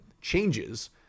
changes